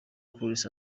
cyrus